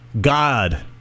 God